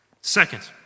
Second